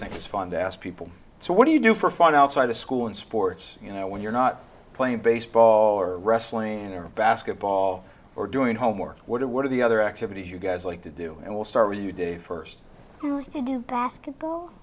think it's fun to ask people so what do you do for fun outside of school and sports you know when you're not playing baseball or wrestling or basketball or doing homework what do what are the other activities you guys like to do and we'll start with you day first to do basketball